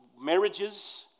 marriages